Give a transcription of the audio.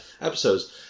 episodes